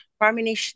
Harmony